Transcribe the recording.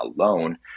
alone